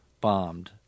bombed